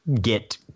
get